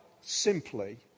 simply